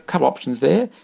of options there.